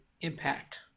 impact